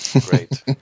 Great